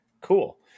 cool